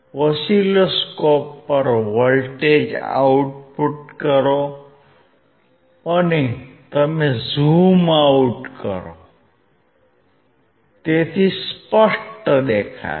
oscilloscope પર voltage output કરો અને તમે ઝૂમ આઉટ કરો તેથી સ્પષ્ટ દેખાશે